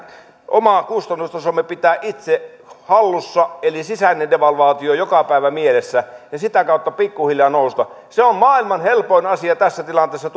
oma kustannustasomme pitää itse hallussa eli sisäinen devalvaatio joka päivä mielessä ja sitä kautta pikku hiljaa nousta on maailman helpoin asia tässä tilanteessa